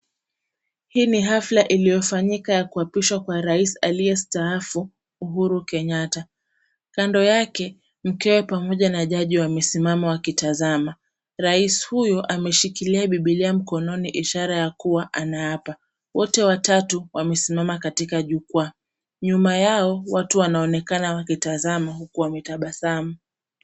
Hii ni hafla iliyofanyika ya kuapishwa kwa rais aliyestaafu, Uhuru Kenyatta. Kando yakemkewe pamoja na jaji wamesimama wakitazama. Rais huyu ameshikilia bibilia mkononi hara mkononi ikiashiria ya kuwa anaapa. Wote watatu wamesimama katika jukwaa. Nyuma yao ,watu wanaonekana wakimtazama huku wametabasamu.